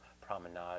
promenade